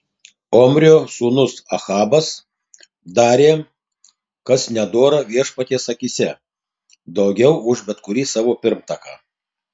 omrio sūnus ahabas darė kas nedora viešpaties akyse daugiau už bet kurį savo pirmtaką